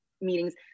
meetings